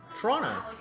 Toronto